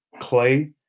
Clay